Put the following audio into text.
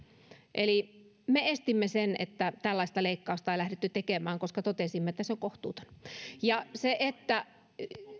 eli me estimme sen niin että tällaista leikkausta ei lähdetty tekemään koska totesimme että se on kohtuuton ja se että